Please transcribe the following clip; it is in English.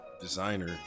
Designer